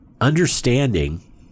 understanding